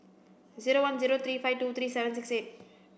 zero one zero three five two three seven six eight